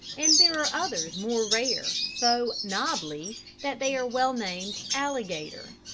and there are others, more rare, so nobbly that they are well-named alligator.